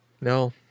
No